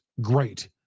great